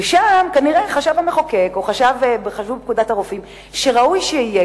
ושם כנראה חשב המחוקק או חשבו בפקודת הרופאים שראוי שיהיה,